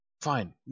fine